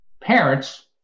parents